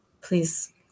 please